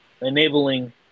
enabling